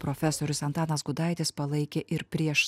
profesorius antanas gudaitis palaikė ir prieš